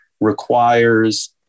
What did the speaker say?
requires